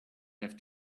have